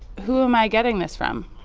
who am i getting this from?